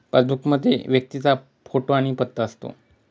passbook मध्ये व्यक्तीचा photo आणि पत्ता असतो